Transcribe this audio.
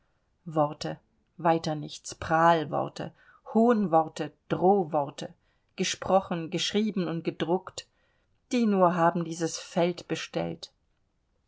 worte weiter nichts prahlworte hohnworte drohworte gesprochen geschrieben und gedruckt die nur haben dieses feld bestellt